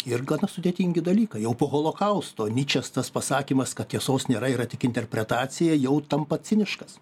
ir gana sudėtingi dalykai jau po holokausto nyčės tas pasakymas kad tiesos nėra yra tik interpretacija jau tampa ciniškas